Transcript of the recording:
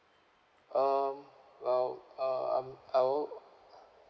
um well uh I'm I'll